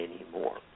anymore